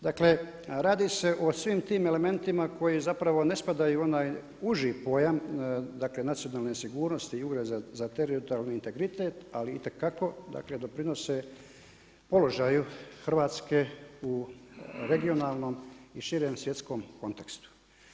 Dakle, radi se o svim tim elementima koji zapravo ne spadaju u onaj uži pojam, dakle nacionalne sigurnosti i ugroza za teritorijalni integritet, ali itekako dakle doprinose položaju Hrvatske u regionalnom i širem svjetskom kontekstu.